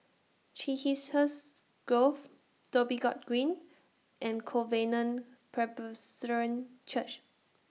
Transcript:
Chiselhurst Grove Dhoby Ghaut Green and Covenant Presbyterian Church